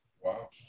Wow